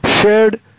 shared